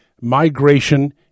migration